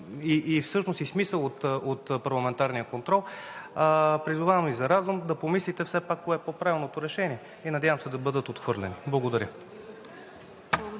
и смисъл от парламентарния контрол. Призовавам Ви за разум – да помислите все пак кое е по-правилното решение и надявам се да бъдат отхвърлени. Благодаря.